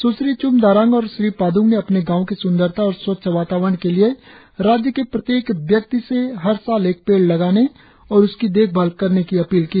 सुश्री च्म दारांग और श्री पाद्ंग ने अपने गांव की सुंदरता और स्वच्छ वातावरण के लिए राज्य के प्रत्येक व्यक्ति से हर साल एक पेड़ लगाने और उसकी देखभाल करने की अपील की